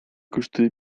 kosztuje